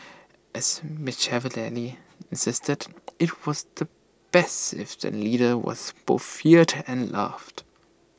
as Machiavelli insisted IT was the best if the leader was both feared and loved